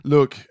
Look